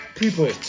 people